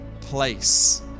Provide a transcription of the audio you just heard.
place